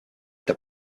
that